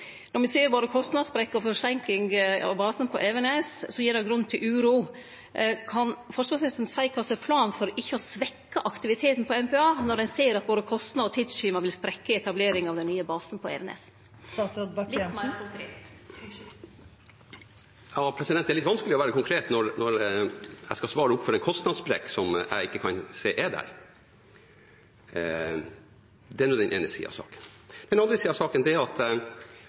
basen på Evenes, gir det grunn til uro. Kan forsvarsministeren seie kva som er planen for ikkje å svekkje aktiviteten på MPA, når ein ser at både kostnad og tidsskjema vil sprekke i etableringa av den nye basen på Evenes – litt meir konkret? Det er litt vanskelig å være konkret når en skal svare for en kostnadssprekk som jeg ikke kan se er der. Det er nå den ene siden av saken. Den andre siden av saken er at forsvarssjefen har adressert at det er